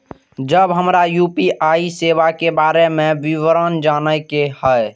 जब हमरा यू.पी.आई सेवा के बारे में विवरण जाने के हाय?